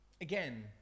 again